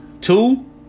Two